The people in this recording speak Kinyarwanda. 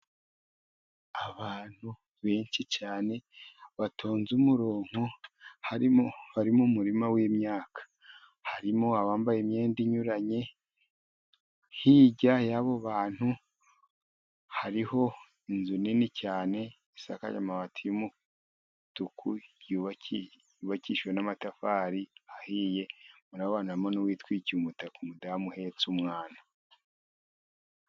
Abantu benshi cyane batonze umurongo harimo bari mu murima w'imyaka. Harimo abambaye imyenda inyuranye, hirya y'abo bantu hariho inzu nini cyane isakaje amabati y'umutuku. Yubakishijwe n'amatafari ahiye. Murabonamo n'uwitwikiye umutaka, umudamu uhetse umwana.